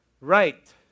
right